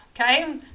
Okay